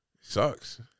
sucks